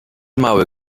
mały